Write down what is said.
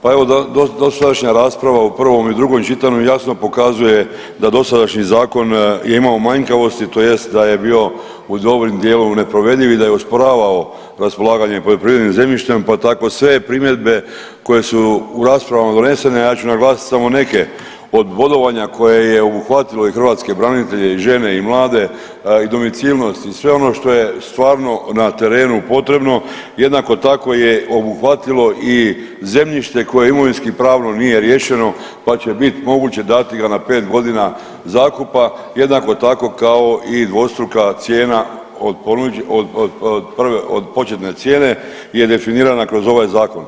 Pa evo dosadašnja rasprava u prvom i drugom čitanju jasno pokazuje da dosadašnji zakon je imao manjkavosti tj. da je bio u dovoljnom dijelu neprovediv i da je usporavao raspolaganje poljoprivrednim zemljištem, pa tako sve primjedbe koje su u raspravama donesene, a ja ću naglasit samo neke, od bodovanja koje je obuhvatilo i hrvatske branitelje i žene i mlade i domicilnost i sve ono što je stvarno na terenu potrebno jednako tako je obuhvatilo i zemljište koje imovinski pravno nije riješeno, pa će bit moguće dati ga na 5.g. zakupa jednako tako kao i dvostruka cijena od početne cijene je definirana kroz ovaj zakon.